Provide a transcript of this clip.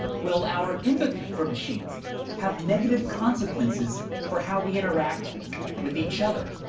will our empathy for machines have negative consequences for how we interact with each other?